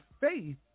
faith